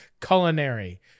Culinary